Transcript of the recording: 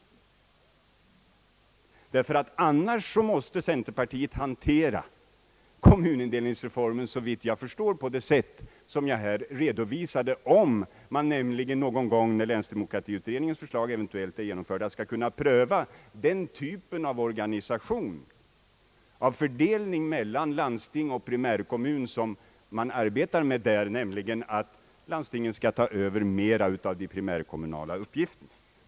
I annat fall måste, såvitt jag förstår, centerpartiet hantera kommunindelningsreformen på det sätt som jag redovisade, om man någon gång när länsdemokratiutredningens förslag eventuellt är genomförda skall kunna kräva den typ av organisation som man arbetar med där. Länsdemokratiutredningen är ju inne på en fördelning mellan landsting och primärkommun på så sätt att landstingen skall ta över mera av de primärkommunala uppgifterna.